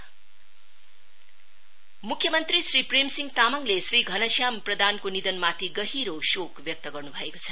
condolence CM मुख्यमन्त्री श्री प्रेमसिंह तामङले श्री घनश्याम प्रधानको निधनमाथि गहिरो शोक व्यक्त गर्नु भएको छ